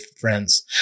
friends